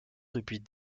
depuis